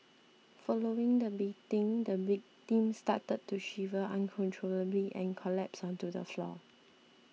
following the beating the victim started to shiver uncontrollably and collapsed onto the floor